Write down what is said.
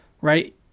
right